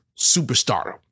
superstar